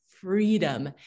freedom